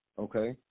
Okay